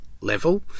level